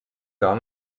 gar